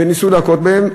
וניסו להכות בהם.